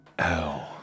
Ow